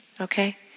Okay